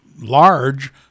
large